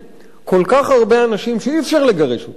כל כך הרבה אנשים שאי-אפשר לגרש אותם,